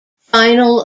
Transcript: final